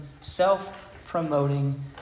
self-promoting